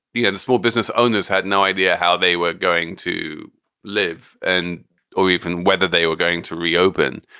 you had the small business owners had no idea how they were going to live and or even whether they were going to reopen.